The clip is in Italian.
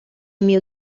mio